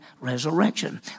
resurrection